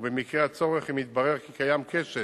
ובמקרה הצורך אם יתברר כי קיים כשל